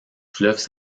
fleuve